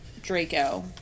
draco